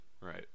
Right